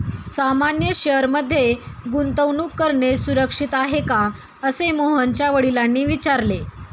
सामान्य शेअर मध्ये गुंतवणूक करणे सुरक्षित आहे का, असे मोहनच्या वडिलांनी विचारले